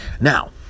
now